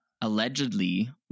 allegedly